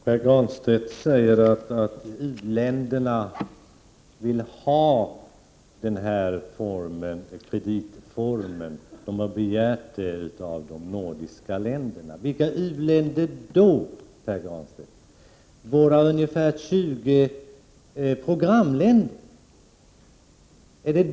Fru talman! Pär Granstedt säger att u-länderna vill ha denna kreditform, att de har begärt det av de nordiska länderna. Vilka u-länder är det, Pär Granstedt? Är det våra ungefär 20 programländer?